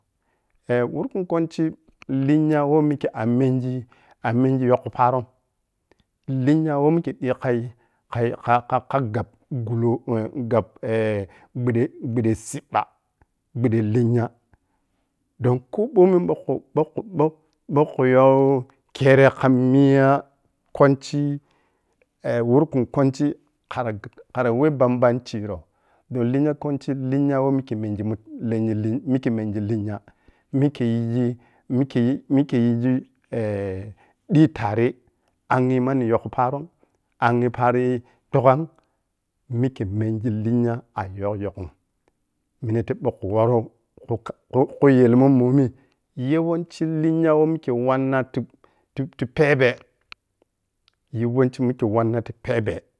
Eh wurkun kwonchi linyi weh mikhe a mengi, a mengi yokhu paron, lenyami kheɓikhai khai kha-kha kagab gullo eh a gab eh gbude, gbude cibba, gbude lenya don koh ɓomi ɓokhu, bokhu, bokh-bokhu yoh-khere kamiya kwonchi eh wurkun kwonci kara, kara weh bambanciro don hinya kwaichi, linya weh mikhe mengi linya mikhe yiji mikhe mengi linya mikhe yiji mikhe yiji ehh ɓi tare angye mani yokhu parom, angye parei tughan mikhe mengi linya a yog-yonghun minate bhoku worou kho muyelmun momi yawanci linya weh mikhe wanna ti. titi pebeh, yawanci mikhe wanna ti pebeh